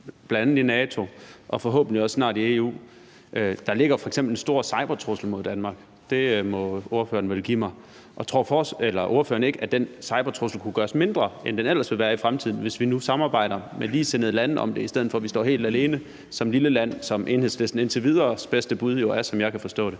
lande, bl.a. i NATO og forhåbentlig også snart i EU. Der er f.eks. en stor cybertrussel mod Danmark; det må ordføreren vel give mig. Tror ordføreren ikke, at den cybertrussel kunne gøres mindre, end den ellers ville være i fremtiden, hvis vi nu samarbejder med ligesindede lande om det, i stedet for at vi står helt alene som et lille land, sådan som Enhedslistens bedste bud er indtil videre, som jeg forstår det?